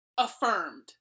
affirmed